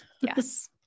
Yes